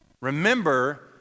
remember